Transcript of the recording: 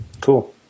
cool